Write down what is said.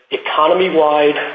economy-wide